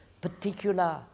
particular